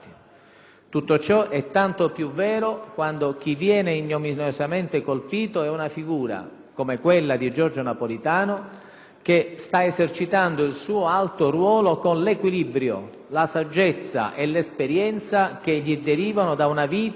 Tutto ciò è tanto più vero quando chi viene ignominiosamente colpito è una figura come Giorgio Napolitano, che sta esercitando il suo alto ruolo con l'equilibrio, la saggezza e l'esperienza che gli derivano da una vita sempre